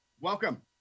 welcome